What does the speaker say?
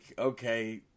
okay